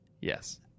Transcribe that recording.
Yes